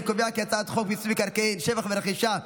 אני קובע כי הצעת חוק מיסוי מקרקעין (שבח ורכישה)